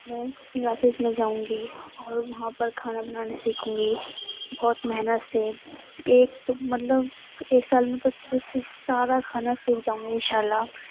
میں کلاسز میں جاؤں گی اور وہاں پر کھانا بنانا سیکھوں گی بہت محنت سے ایک تو مطلب ایک سال میں تو اچھے سے سارا کھانا سیکھ جاؤں گی ان شاء اللہ